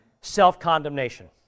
self-condemnation